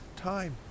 time